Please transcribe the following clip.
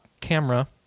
camera